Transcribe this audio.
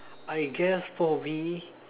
I guess for me